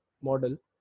model